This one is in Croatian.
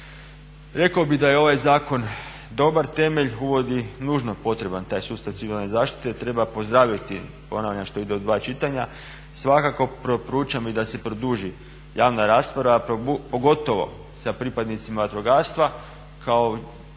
Rekao bi da je ovaj zakon dobar temelj, uvodi nužno potreban taj sustav civilne zaštite. Treba pozdraviti, ponavljam što ide u dva čitanja. Svako preporučam i da se produži javna rasprava, pogotovo sa pripadnicama vatrogastva kao po mom